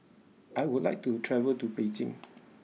I would like to travel to Beijing